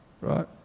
right